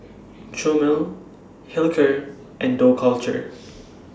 Chomel Hilker and Dough Culture